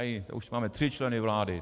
Tak to už máme tři členy vlády.